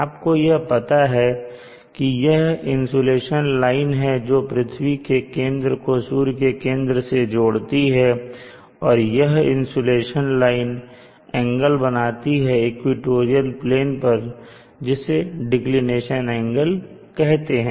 आपको यह पता है कि यह इंसुलेशन लाइन है जो पृथ्वी के केंद्र को सूर्य के केंद्र से जोड़ती है और यह इंसुलेशन लाइन एंगल बनाती है इक्वेटोरियल प्लेन पर जिसे डिक्लिनेशन एंगल कहते हैं